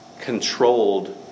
controlled